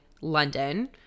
London